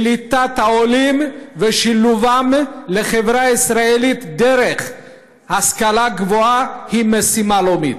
קליטת העולים ושילובם בחברה הישראלית דרך השכלה גבוהה היא משימה לאומית.